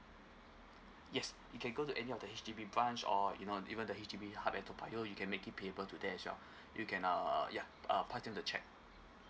yes you can go to any of the H_D_B branch or you know even the H_D_B hub at toa payoh you can make it payable to there as well you can uh yeah uh pass on the check